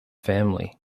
family